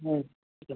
हां ठीक आहे